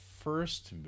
first